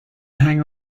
hang